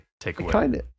takeaway